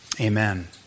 amen